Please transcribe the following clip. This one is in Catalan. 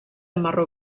marró